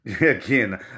Again